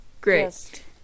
Great